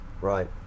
Right